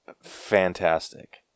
fantastic